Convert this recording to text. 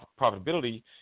profitability